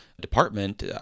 department